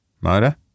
Motor